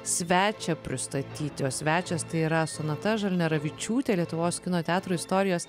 svečią pristatyti o svečias tai yra sonata žalneravičiūtė lietuvos kino teatro istorijos